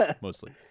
Mostly